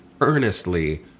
earnestly